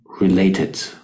related